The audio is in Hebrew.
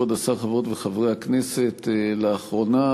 כבוד השר, חברות וחברי הכנסת, לאחרונה